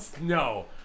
No